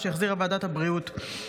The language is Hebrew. שהחזירה ועדת הבריאות.